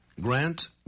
Grant